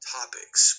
topics